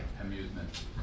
amusement